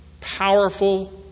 Powerful